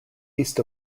east